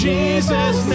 Jesus